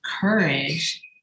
Courage